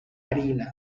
marina